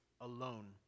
alone